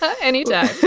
Anytime